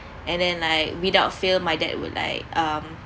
and then like without failed my dad would like um